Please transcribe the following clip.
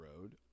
Road